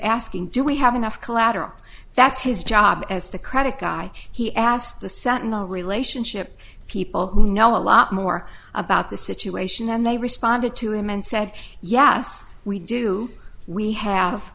asking do we have enough collateral that's his job as the credit guy he asked the sentinel relationship people who know a lot more about the situation and they responded to him and said yes we do we